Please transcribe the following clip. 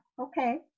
okay